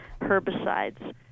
herbicides